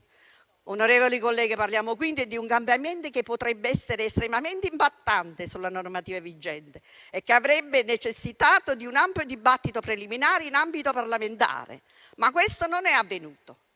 Onorevoli colleghi, parliamo quindi di un cambiamento che potrebbe essere estremamente impattante sulla normativa vigente e che avrebbe necessitato di un ampio dibattito preliminare in ambito parlamentare. Ma questo non è avvenuto.